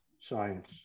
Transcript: science